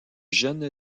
jeune